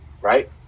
right